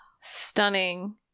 stunning